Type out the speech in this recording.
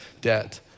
debt